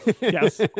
Yes